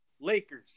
lakers